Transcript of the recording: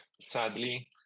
Sadly